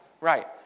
right